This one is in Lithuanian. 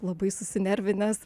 labai susinervinęs